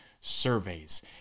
surveys